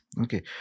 Okay